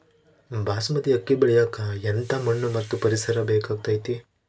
ಬಾಸ್ಮತಿ ಅಕ್ಕಿ ಬೆಳಿಯಕ ಎಂಥ ಮಣ್ಣು ಮತ್ತು ಪರಿಸರದ ಬೇಕಾಗುತೈತೆ?